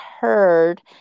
heard